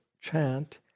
chant